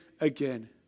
again